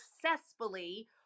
Successfully